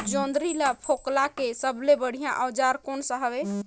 जोंदरी ला फोकला के सबले बढ़िया औजार कोन सा हवे?